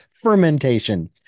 fermentation